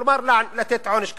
כלומר לתת עונש כספי,